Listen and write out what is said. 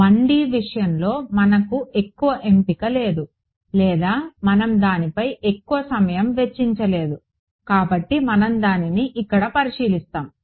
1D విషయంలో మనకు ఎక్కువ ఎంపిక లేదు లేదా మనం దానిపై ఎక్కువ సమయం వెచ్చించలేదు కాబట్టి మనం దానిని ఇక్కడ పరిశీలిస్తాము